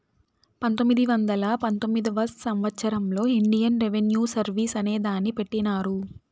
పంతొమ్మిది వందల పంతొమ్మిదివ సంవచ్చరంలో ఇండియన్ రెవిన్యూ సర్వీస్ అనే దాన్ని పెట్టినారు